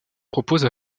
propose